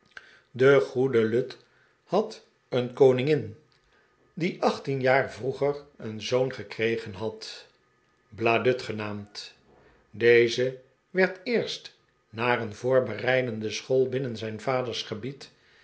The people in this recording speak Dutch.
de goede lud had een koningin die achttien jaar vroeger een zoon gekregen had bladud genaamd deze werd eerst naar een voorbereidende school binnen zijn vaders gebied